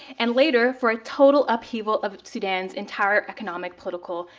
and later for a total upheaval of sudan's entire economic, political,